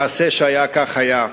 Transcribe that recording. מעשה שהיה כך היה.